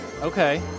Okay